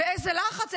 ואיזה לחץ,